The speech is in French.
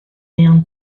rien